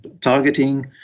targeting